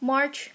March